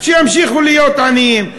שימשיכו להיות עניים,